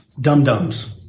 dum-dums